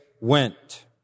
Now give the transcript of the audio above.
went